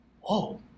Whoa